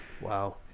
Wow